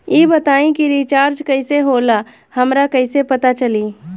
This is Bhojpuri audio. ई बताई कि रिचार्ज कइसे होला हमरा कइसे पता चली?